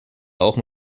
auch